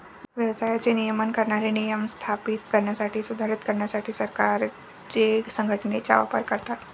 व्यवसायाचे नियमन करणारे नियम स्थापित करण्यासाठी, सुधारित करण्यासाठी सरकारे संघटनेचा वापर करतात